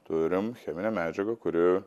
turim cheminę medžiagą kuri